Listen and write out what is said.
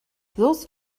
those